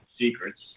secrets